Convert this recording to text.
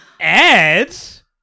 ads